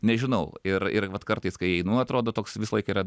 nežinau ir ir vat kartais kai einu atrodo toks visąlaik yra